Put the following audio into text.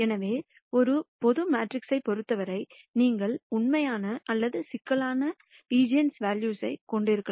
எனவே ஒரு பொது மேட்ரிக்ஸைப் பொறுத்தவரை நீங்கள் உண்மையான அல்லது சிக்கலான ஈஜென்வெல்யூக்களைக் கொண்டிருக்கலாம்